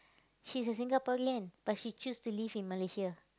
she's a Singaporean but she choose to live in Malaysia